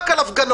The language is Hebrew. רק על הפגנות.